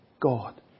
God